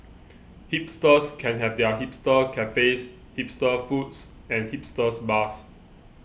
hipsters can have their hipster cafes hipster foods and hipsters bars